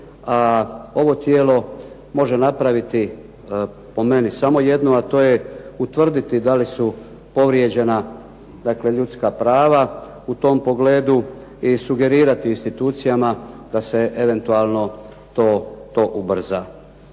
ovo tijelo može napraviti po meni samo jednu, a to je utvrditi da li su povrijeđena ljudska prava u tom pogledu i sugerirati institucijama da se eventualno to ubrza.